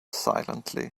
silently